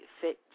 fit